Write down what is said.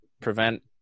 prevent